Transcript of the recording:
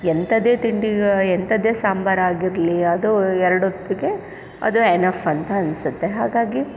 ಎಂಥದೇ ತಿಂಡಿ ಎಂಥದೇ ಸಾಂಬಾರಾಗಿರಲಿ ಅದು ಎರಡೊತ್ತಿಗೆ ಅದು ಎನಫ್ ಅಂತ ಅನಿಸುತ್ತೆ ಹಾಗಾಗಿ